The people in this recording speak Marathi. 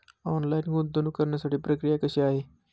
ऑनलाईन गुंतवणूक करण्यासाठी प्रक्रिया कशी आहे?